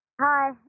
Hi